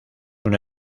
una